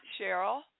Cheryl